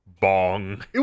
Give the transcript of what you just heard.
bong